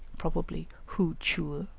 probably hou-tcheou,